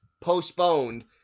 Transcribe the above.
postponed